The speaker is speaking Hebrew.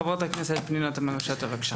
חברת הכנסת פנינה תמנו, בבקשה.